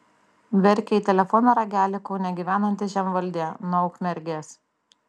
verkė į telefono ragelį kaune gyvenanti žemvaldė nuo ukmergės